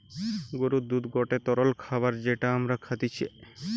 গরুর দুধ গটে তরল খাবার যেটা আমরা খাইতিছে